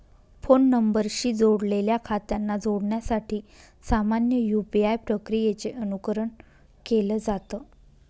phone नंबरशी जोडलेल्या खात्यांना जोडण्यासाठी सामान्य यू.पी.आय प्रक्रियेचे अनुकरण केलं जात